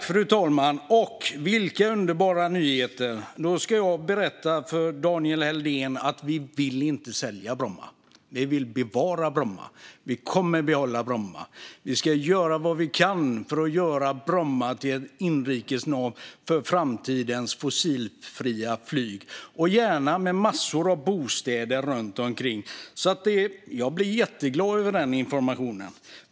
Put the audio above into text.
Fru talman! Vilka underbara nyheter! Vi vill nämligen inte sälja Bromma, Daniel Helldén. Vi vill behålla och bevara Bromma. Vi ska göra vad vi kan för att göra Bromma till ett inrikesnav för framtidens fossilfria flyg - gärna med massor av bostäder runt omkring. Jag blir jätteglad över informationen.